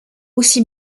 aussi